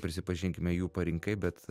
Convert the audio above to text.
prisipažinkime jų parinkai bet